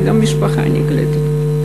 וגם המשפחה נקלטת.